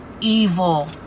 evil